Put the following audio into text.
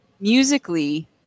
musically